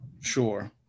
Sure